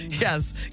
yes